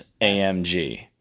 AMG